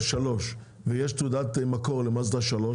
ויש תעודת מקור למאזדה 3,